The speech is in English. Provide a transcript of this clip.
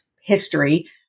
history